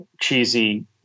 cheesy